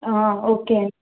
okay అండి